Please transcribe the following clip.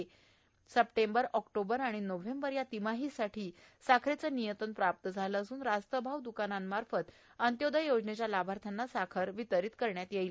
माहे September October आणि November या तिमाहीसाठी साखरेचे नियतन प्राप्त झाले असून रास्त भाव दुकानामार्फत अंत्योदय योजनेच्या लाभार्थ्यांना साखर वितरित करण्यात येणार आहे